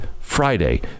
Friday